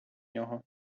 нього